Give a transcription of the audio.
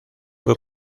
fue